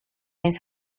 his